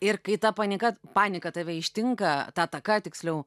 ir kai ta panika panika tave ištinka ta ataka tiksliau